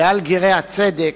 ועל גרי הצדק,